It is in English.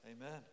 Amen